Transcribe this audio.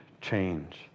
change